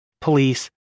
Police